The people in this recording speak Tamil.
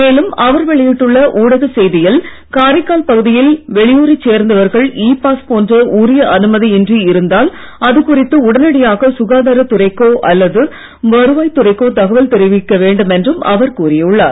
மேலும் அவர் வெளியிட்டுள்ள ஊடகச் செய்தியில் காரைக்கால் பகுதியில் வெளியூரைச் சேர்ந்தவர்கள் இ பாஸ் போன்ற உரிய அனுமதியின்றி இருந்தால் அது குறித்து உடனடியாக சுகாதாரத் துறைக்கோ அல்லது வருவாய் துறைக்கோ தகவல் தெரிவிக்க வேண்டும் என்றும் அவர் கூறியுள்ளார்